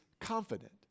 confident